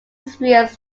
assyrians